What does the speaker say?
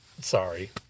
Sorry